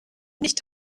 nicht